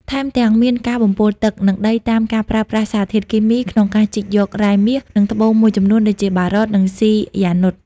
ថែមទាំងមានការបំពុលទឹក និងដីតាមការប្រើប្រាស់សារធាតុគីមី ក្នុងការជីកយករ៉ែមាស និងត្បូងមួយចំនួនដូចជា បារត និង ស៊ីយ៉ានុត។